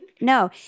No